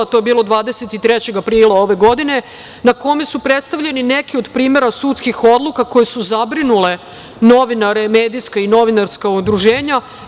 To je bilo 23. aprila ove godine, na kome su predstavljeni neki od primera sudskih odluka koji su zabrinule novinare, medijska i novinarska udruženja.